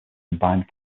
combined